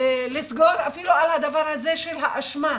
לסגור על הדבר הזה, של האשמה.